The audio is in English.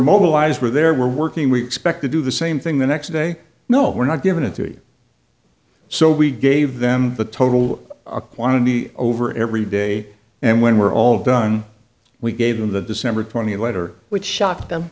mobilized were there were working we expect to do the same thing the next day no were not given a duty so we gave them the total quantity over every day and when we're all done we gave them the december twentieth letter which shocked them